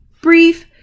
brief